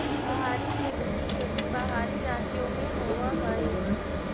पहाड़ी क्षेत्र की खेती पहाड़ी राज्यों में होवअ हई